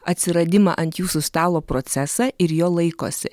atsiradimą ant jūsų stalo procesą ir jo laikosi